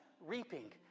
reaping